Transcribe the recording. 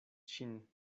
ŝin